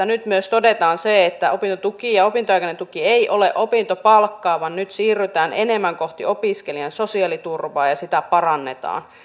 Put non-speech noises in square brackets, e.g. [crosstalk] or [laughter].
[unintelligible] nyt myös todetaan se että opintotuki ja opintoaikainen tuki eivät ole opintopalkkaa vaan siirrytään enemmän kohti opiskelijan sosiaaliturvaa ja sitä parannetaan